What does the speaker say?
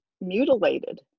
mutilated